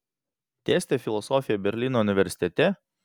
dėstė filosofiją berlyno universitete